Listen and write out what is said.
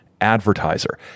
advertiser